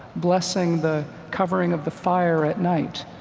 blessing the covering of the fire at night.